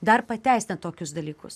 dar pateisina tokius dalykus